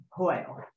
oil